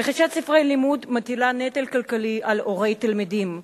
רכישת ספרי לימוד מטילה נטל כלכלי על הורי תלמידים,